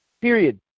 Period